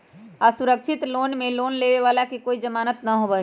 असुरक्षित लोन में लोन लेवे वाला के कोई जमानत न होबा हई